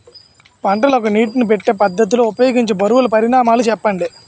పంటలకు నీటినీ పెట్టే పద్ధతి లో ఉపయోగించే బరువుల పరిమాణాలు చెప్పండి?